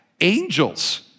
angels